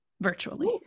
virtually